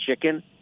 chicken